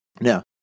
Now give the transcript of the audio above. Now